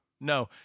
No